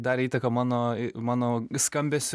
darė įtaką mano mano skambesiui